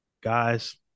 Guys